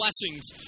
blessings